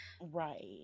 right